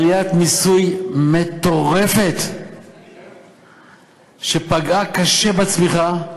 עליית מס מטורפת שפגעה קשה בצמיחה,